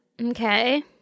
Okay